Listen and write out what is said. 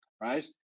right